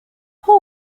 who